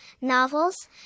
novels